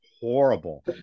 horrible